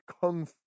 Kung